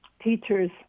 teachers